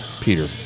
Peter